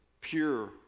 pure